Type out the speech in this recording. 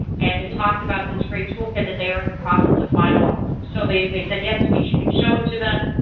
and they talked about this great toolkit that they are in the process of finalizing. so they they said, yes, denise, you can show it to them.